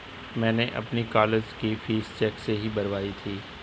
मैंने अपनी कॉलेज की फीस चेक से ही भरवाई थी